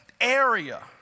area